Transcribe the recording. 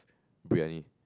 Briyani